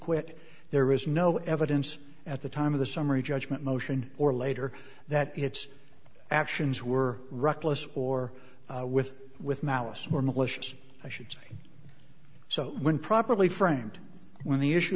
quit there is no evidence at the time of the summary judgment motion or later that its actions were reckless or with with malice or malicious i should say so when properly framed when the issue